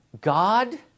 God